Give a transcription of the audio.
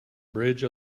bridge